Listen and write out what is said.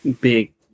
big